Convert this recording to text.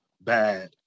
bad